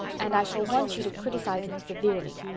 and i shall want you to criticize it severely.